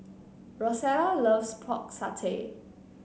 Rosella loves Pork Satay